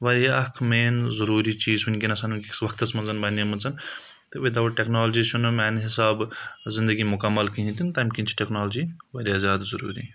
واریاہ اکھ مین ضروٗری چیٖز وٕنکیٚنسن ؤنکیٚس وقتس منٛز بَنے مٕژ تہٕ وِداَوُٹ ٹیکنالجی چھُنہٕ میانہِ حِسابہٕ زندگی مکمل کہیٖنۍ تہِ نہٕ تَمہِ کِنۍ چھِ ٹیکنالجی واریاہ زیادٕ ضروٗری